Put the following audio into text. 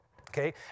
okay